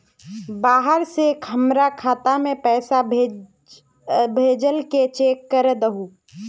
बाहर से हमरा खाता में पैसा भेजलके चेक कर दहु?